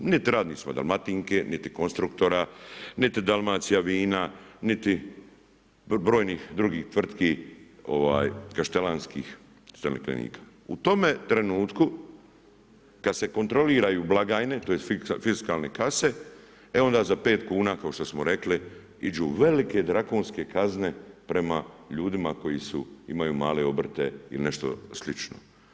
Niti radnicima Dalmatinke, niti Konstruktora, niti Dalmacijavina, niti brojnih drugih tvrtki kaštelanskih ... U tome trenutku kad se kontroliraju blagajne, tj. fiskalne kase, e onda za 5 kuna kao što smo rekli, idu velike drakonske kazne prema ljudima koji imaju male obrte ili nešto slično.